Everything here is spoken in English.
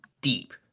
deep